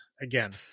again